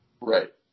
Right